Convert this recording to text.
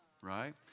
right